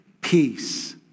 peace